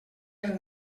eren